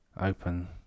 Open